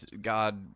God